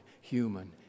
human